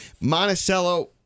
Monticello